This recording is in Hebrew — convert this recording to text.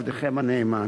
עבדכם הנאמן,